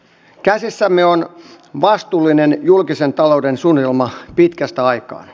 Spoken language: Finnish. käsissämme on vastuullinen julkisen talouden suunnitelma pitkästä aikaa